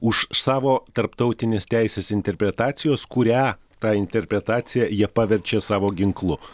už savo tarptautinės teisės interpretacijos kurią tą interpretaciją jie paverčia savo ginklu